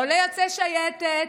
לא ליוצאי שייטת,